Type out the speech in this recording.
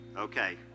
okay